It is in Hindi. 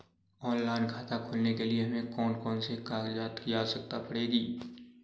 ऑनलाइन खाता खोलने के लिए हमें कौन कौन से कागजात की आवश्यकता पड़ेगी?